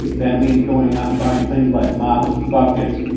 that means going out and buying things like mops, buckets,